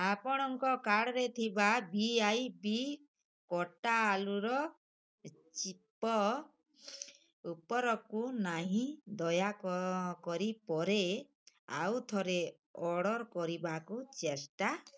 ଆପଣଙ୍କ କାର୍ଡ଼ରେ ଥିବା ଭି ଆଇ ବି କଟା ଆଳୁର ଚିପ୍ସ୍ ଉପରକୁ ନାହିଁ ଦୟାକରି ପରେ ଆଉଥରେ ଅର୍ଡ଼ର୍ କରିବାକୁ ଚେଷ୍ଟା କରନ୍ତି